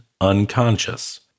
unconscious